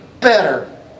better